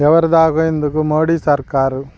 ఎవరిదాకో ఎందుకు మోడి సర్కారు